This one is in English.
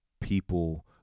people